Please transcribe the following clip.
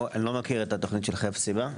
לא מכיר את התוכנית של חפציבה.